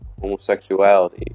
homosexuality